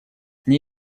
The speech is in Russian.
мне